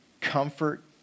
Comfort